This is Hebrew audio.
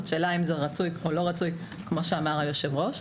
זאת שאלה האם זה רצוי או לא כמו שאמר היושב-ראש.